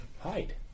hide